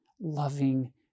loving